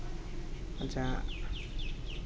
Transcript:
ᱟᱡᱟᱜ